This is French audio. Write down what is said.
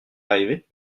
arrivé